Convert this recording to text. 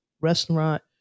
restaurant